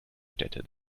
städte